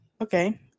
Okay